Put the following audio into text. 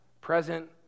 present